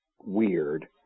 weird